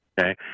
Okay